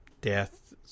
death